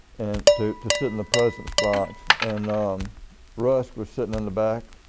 and to to sit in the president's box. and rusk was sitting in the back,